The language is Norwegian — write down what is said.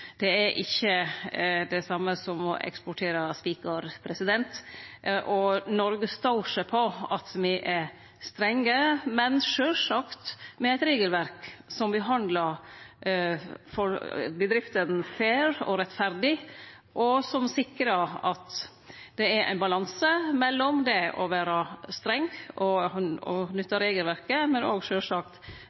Det er ikkje det same som å eksportere spikar. Noreg står seg på at me er strenge, men sjølvsagt med eit regelverk som behandlar bedriftene «fair» og rettferdig, og som sikrar ein balanse mellom det å vere streng og nytte regelverket og det å vere med og